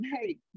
hey